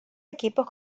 equipos